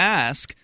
ask